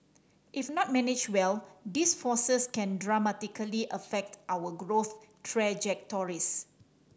if not managed well these forces can dramatically affect our growth trajectories